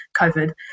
COVID